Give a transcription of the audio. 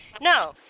No